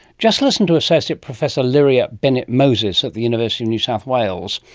just listen to associate professor lyria bennett moses of the university of new south wales,